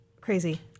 crazy